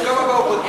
יש כמה באופוזיציה,